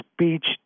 speech